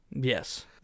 yes